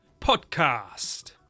podcast